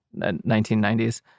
1990s